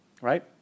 Right